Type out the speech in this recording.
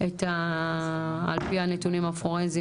על פי הנתונים הפורנזיים,